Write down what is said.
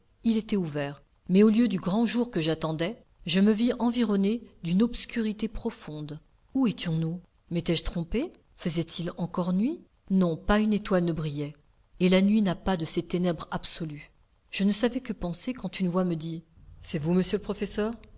il était ouvert mais au lieu du grand jour que j'attendais je me vis environné d'une obscurité profonde où étions-nous m'étais-je trompé faisait-il encore nuit non pas une étoile ne brillait et la nuit n'a pas de ces ténèbres absolues je ne savais que penser quand une voix me dit c'est vous monsieur le professeur